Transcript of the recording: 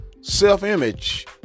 self-image